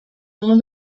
uno